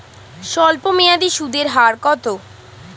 স্বল্পমেয়াদী সুদের হার কত?